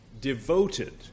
devoted